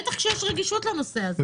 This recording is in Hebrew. בטח כשיש רגישות לנושא הזה.